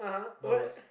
but it was